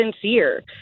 sincere